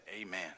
amen